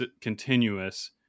continuous